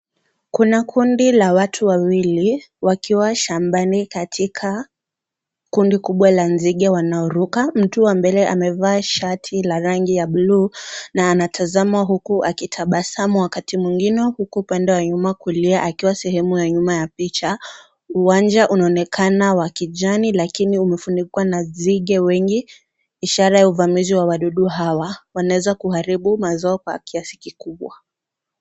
Kuna kundi la watu wawili wakiwa shambani katika kundi kubwa la nzige wauruka mtu wa mbele amevaa shati ya blue na anatazama huku akitabasamu wakati mwingine upande mwingine akiwa sehemu ya nyuma ya picha uwanja unaonekana wa kijani lakoni omegunikwa na nzige wengi ishara ya uvamizi wa wadudu hawa wanaezakuaribu mazao kwa kiasi kikubwa.